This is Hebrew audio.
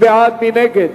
התשס"ט